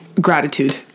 Gratitude